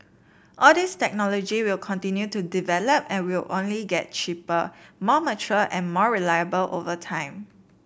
all these technology will continue to develop and will only get cheaper more mature and more reliable over time